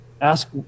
ask